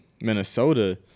Minnesota